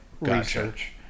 research